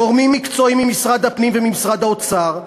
גורמים מקצועיים ממשרד הפנים וממשרד האוצר,